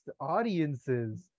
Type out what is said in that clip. audiences